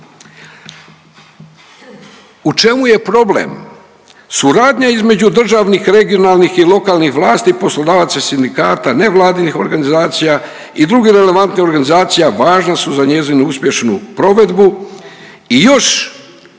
U čemu je problem? Suradnja između državnih, regionalnih i lokalnih vlasti, poslodavaca i sindikata, nevladinih organizacija i drugih relevantnih organizacija važne su za njezinu uspješnu provedbu i još